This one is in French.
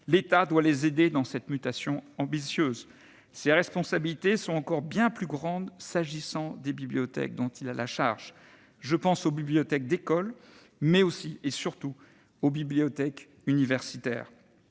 L'État doit les aider dans cette mutation ambitieuse. Ses responsabilités sont encore bien plus grandes s'agissant des bibliothèques dont il a la charge. Je pense aux bibliothèques d'école, mais aussi, et surtout, aux bibliothèques universitaires.